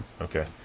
okay